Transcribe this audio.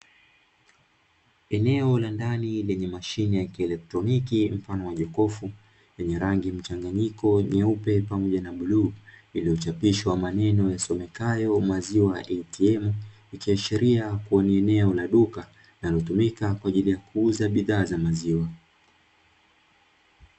Eneo la ndani lenye mashine ya kielektroniki mfano wa jokofu yenye rangi mchanganyiko nyeupe pamoja na buluu iliyochapishwa maneno yasomekayo 'maziwa ATM' ikiashiria kuwa ni eneo la duka linalonatumika kwa ajili ya kuuza bidhaa za maziwa.